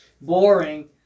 boring